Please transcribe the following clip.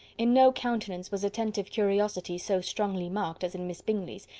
in no countenance was attentive curiosity so strongly marked as in miss bingley's,